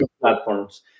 platforms